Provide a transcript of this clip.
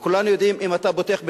כולנו יודעים שאם אתה פותח בית-ספר,